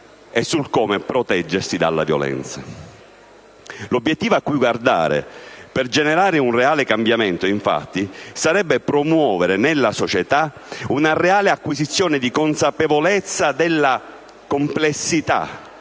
e sul come proteggersi dalla violenza. L'obiettivo a cui guardare per generare un reale cambiamento sarebbe, infatti, promuovere nella società una reale acquisizione di consapevolezza della complessità